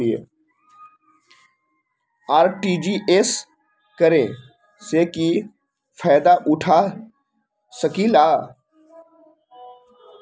RTGS करे से की फायदा उठा सकीला?